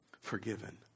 forgiven